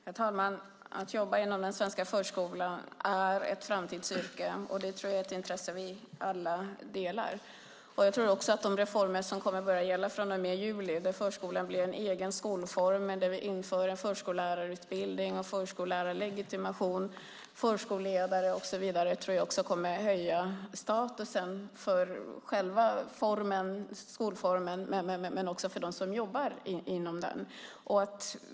Herr talman! Att jobba inom den svenska förskolan är ett framtidsyrke. Det är ett intresse vi alla delar. De reformer som kommer att gälla från och med juli, där förskolan blir en egen skolform, där vi inför en förskollärarutbildning och förskollärarlegitimation, förskolledare och så vidare, kommer att höja statusen för själva skolformen och för dem som jobbar inom den.